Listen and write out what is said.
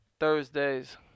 Thursday's